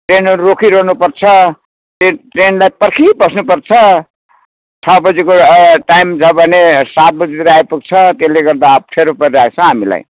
ट्रेनहरू रोकिरहनु पर्छ त्यही ट्रेनलाई पर्खि बस्नुपर्छ छ बजीको टाइम छ भने सात बजी आइपुग्छ त्यसले गर्दा अप्ठ्यारो परिरहेको छ हामीलाई